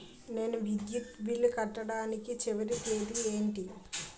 నేను విద్యుత్ బిల్లు కట్టడానికి చివరి తేదీ ఏంటి?